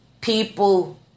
people